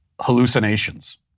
hallucinations